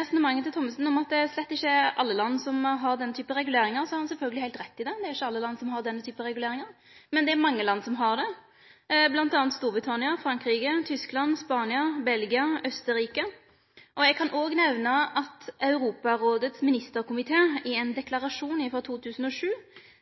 resonnementet til Thommessen om at det slett ikkje er alle land som har denne typen reguleringar, har han sjølvsagt heilt rett i det. Det er ikkje alle land som har denne typen reguleringar, men det er mange som har det, bl.a. Storbritannia, Frankrike, Tyskland, Spania, Belgia og Austerrike. Eg kan òg nemne at Europarådets ministerkomité i ein deklarasjon frå 2007